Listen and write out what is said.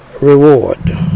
reward